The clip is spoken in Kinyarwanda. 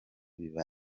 biba